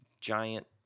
giant